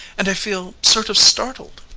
and i feel sort of startled.